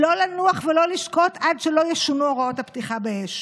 לא לנוח ולא לשקוט עד שלא ישונו הוראות הפתיחה באש.